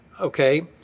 okay